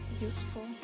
useful